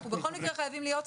אנחנו בכל מקרה חייבים להיות כאן.